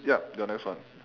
yup your next one